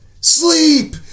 Sleep